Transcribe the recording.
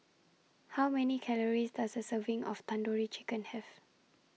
How Many Calories Does A Serving of Tandoori Chicken Have